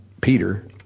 Peter